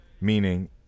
meaning